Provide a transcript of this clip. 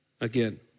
again